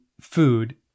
food